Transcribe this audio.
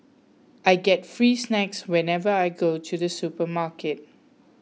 I get free snacks whenever I go to the supermarket